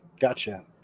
gotcha